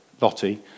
Lottie